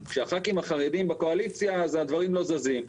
שחברי הכנסת החרדים בקואליציה אז הדברים לא זזים.